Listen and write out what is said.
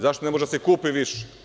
Zašto ne može da se kupi više?